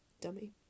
dummy